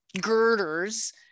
girders